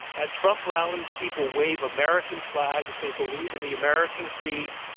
at trump rallies, people wave american flags. they believe in the american creed.